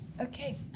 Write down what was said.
Okay